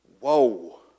whoa